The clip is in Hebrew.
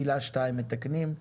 מילה או שתיים מתקנים,